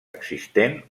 existent